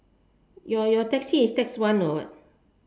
your your taxi is tax one or what